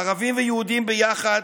ערבים ויהודים ביחד,